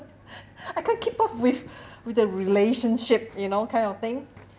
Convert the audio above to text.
I can't keep up with with the relationship you know kind of thing